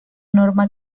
norma